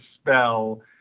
spell